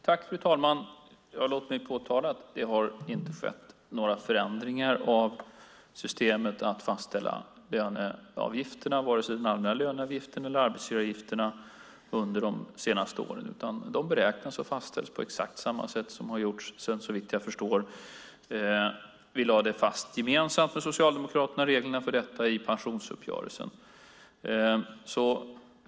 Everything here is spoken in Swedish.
Fru talman! Låt mig påtala att det inte har skett några förändringar av systemet att fastställa löneavgifterna, vare sig den allmänna löneavgiften eller arbetsgivaravgifterna, under de senaste åren. De beräknas och fastställs på exakt samma sätt som har gjorts sedan, såvitt jag förstår, vi gemensamt med Socialdemokraterna lade fast reglerna för detta i pensionsuppgörelsen.